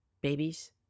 Babies